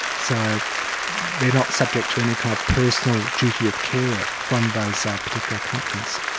so they're not subject to any kind of personal duty of care from those ah particular companies.